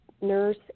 nurse